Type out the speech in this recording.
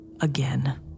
again